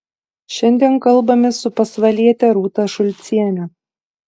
šiandien kalbamės su pasvaliete rūta šulciene